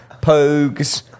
Pogues